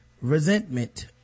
resentment